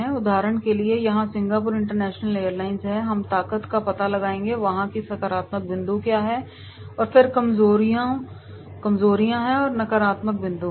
उदाहरण के लिए यहां सिंगापुर इंटरनेशनल एयरलाइंस है हम ताकत का पता लगाएंगे वहां के सकारात्मक बिंदु क्या हैं और फिर कमजोरियां हैं या नकारात्मक बिंदु हैं